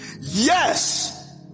Yes